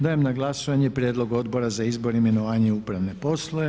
Dajem na glasovanje prijedlog Odbora za izbor, imenovanje, upravne poslove.